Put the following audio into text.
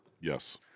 Yes